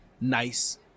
nice